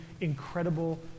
incredible